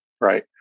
right